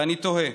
ואני תוהה,